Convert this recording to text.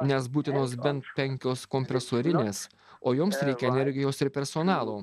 nes būtinos bent penkios kompresorinės o jums reikia energijos ir personalo